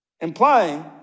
Implying